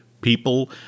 people